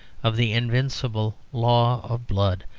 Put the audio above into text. of the invincible law of blood,